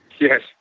Yes